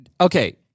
Okay